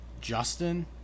Justin